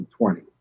2020